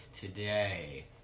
today